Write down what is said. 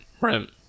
Right